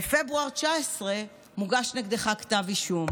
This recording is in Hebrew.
בפברואר 2019 מוגש נגדך כתב אישום,